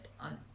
on